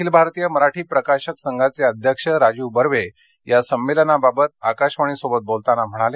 अखिल भारतीय मराठी प्रकाशक संघाचे अध्यक्ष राजीव बर्वे या संमेलनाबाबत आकाशवाणीशी बोलताना म्हणाले